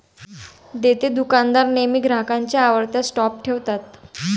देतेदुकानदार नेहमी ग्राहकांच्या आवडत्या स्टॉप ठेवतात